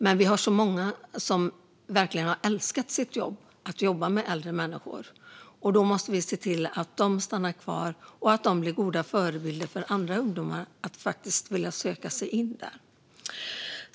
Men det finns många som verkligen älskar sitt jobb, att arbeta med äldre människor, och vi måste se till att de stannar kvar och blir goda förebilder för ungdomar så att de vill söka sig dit.